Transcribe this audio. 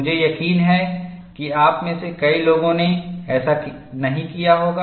मुझे यकीन है कि आपमें से कई लोगों ने ऐसा नहीं किया होगा